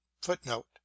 FOOTNOTE